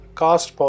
cast